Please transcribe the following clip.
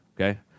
okay